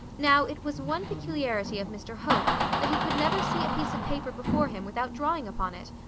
now, it was one peculiarity of mr hope that he could never see a piece of paper before him without drawing upon it.